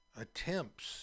attempts